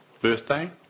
birthday